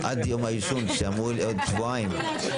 לגבי סעיף (ה) שקופות החולים צריכים להחזיר למבוטחים.